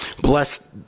bless